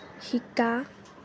শিকা